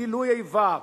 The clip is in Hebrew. גילוי איבה,